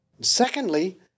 Secondly